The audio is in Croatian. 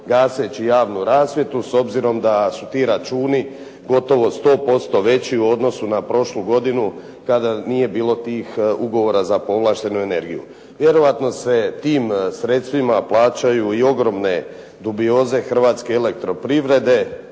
gaseći javnu rasvjetu s obzirom da su ti računi gotovo 100% veći u odnosu na prošlu godinu kada nije bilo tih ugovora za povlaštenu energiju. Vjerojatno se tim sredstvima plaćaju i ogromne dubioze hrvatske elektroprivrede,